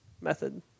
method